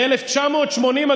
ב-1980,